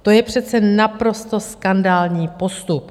To je přece naprosto skandální postup!